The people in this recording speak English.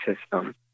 system